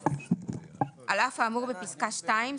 על אף האמור בפסקה 2,